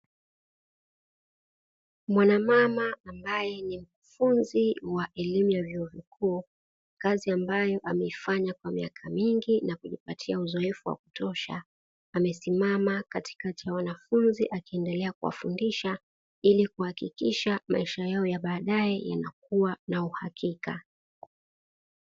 Mwanamama ambaye ni mkufunzi wa elimu ya vyuo vikuu, kazi ambayo ameifanya kwa miaka mingi na kujipatia uzoefu wa kutosha amesimama katikati ya wanafunzi akiendelea kuwafundisha, ili kuhakikisha maisha yao ya baadae yanakua na uhakika.